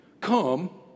come